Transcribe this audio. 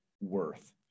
worth